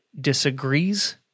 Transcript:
disagrees